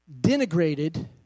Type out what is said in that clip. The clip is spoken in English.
denigrated